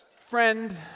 friend